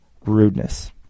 rudeness